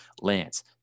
Lance